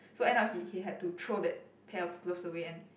so end up he he had to throw that pair of gloves away and